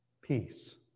peace